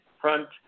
front